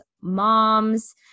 moms